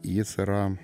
jis yra